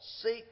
seek